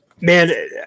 man